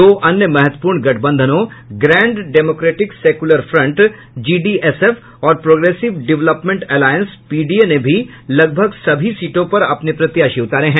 दो अन्य महत्वपूर्ण गठबंधनों grand democratic secular front GDSF और प्रोगेसिव डेवलपमेंट एलायंस पीडीए ने भी लगभग सभी सीटों पर अपने प्रत्याशी उतारे हैं